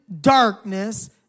darkness